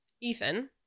Ethan